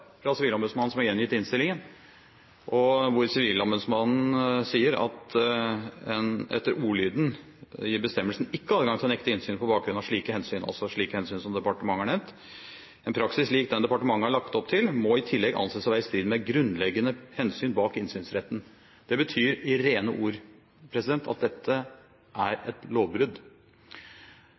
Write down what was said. svar fra sivilombudsmannen som er gjengitt i innstillingen. Der sier sivilombudsmannen at etter ordlyden «gir bestemmelsen ikke adgang til å nekte innsyn på bakgrunn av slike hensyn» – altså slike hensyn som departementet har nevnt. «En praksis lik den departementet har lagt opp til, må i tillegg anses å være i strid med de grunnleggende hensynene bak innsynsretten.» Det betyr i rene ord at dette er et lovbrudd.